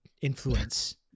influence